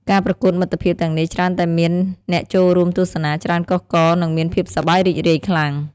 ការប្រកួតមិត្តភាពទាំងនេះច្រើនតែមានអ្នកចូលរួមទស្សនាច្រើនកុះករ និងមានភាពសប្បាយរីករាយខ្លាំង។